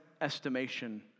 estimation